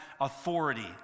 authority